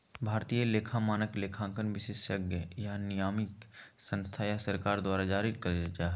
भारतीय लेखा मानक, लेखांकन विशेषज्ञ या नियामक संस्था या सरकार द्वारा जारी करल जा हय